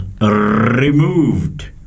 removed